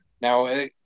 Now